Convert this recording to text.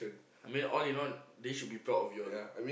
I mean all in all they should be proud of you all